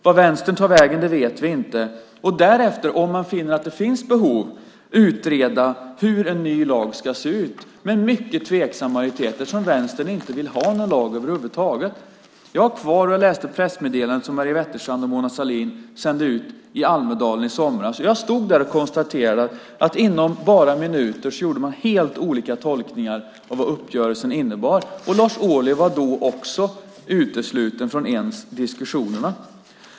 Vart Vänstern tar vägen vet vi inte. Om man därefter finner att det finns behov ska man utreda hur en ny lag ska se ut med en mycket tveksam majoritet, eftersom Vänstern inte vill ha någon lag över huvud taget. Jag har kvar och har läst det pressmeddelande som Maria Wetterstrand och Mona Sahlin sände ut i Almedalen i somras. Jag stod där och konstaterade att inom bara några minuter gjorde man helt olika tolkningar av vad uppgörelsen innebar. Och Lars Ohly var också då utesluten från diskussionerna.